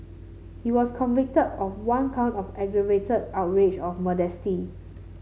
he was convicted of one count of aggravated outrage of modesty